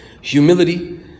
Humility